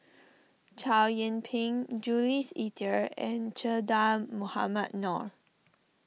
Chow Yian Ping Jules Itier and Che Dah Mohamed Noor